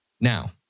Now